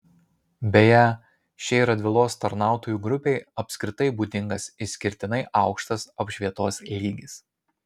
beje šiai radvilos tarnautojų grupei apskritai būdingas išskirtinai aukštas apšvietos lygis